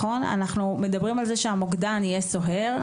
אנחנו מדברים על זה שהמוקדן יהיה סוהר,